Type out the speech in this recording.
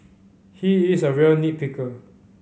he is a real nit picker